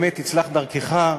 באמת תצלח דרכך.